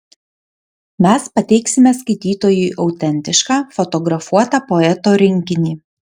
mes pateiksime skaitytojui autentišką fotografuotą poeto rinkinį